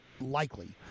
likely